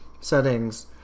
settings